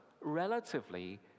relatively